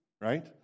right